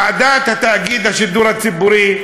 ועדת תאגיד השידור הציבורי,